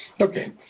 Okay